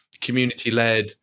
community-led